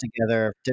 together